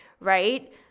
right